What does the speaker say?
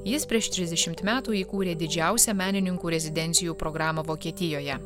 jis prieš trisdešimt metų įkūrė didžiausią menininkų rezidencijų programą vokietijoje